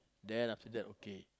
then after that okay